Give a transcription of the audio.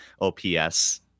OPS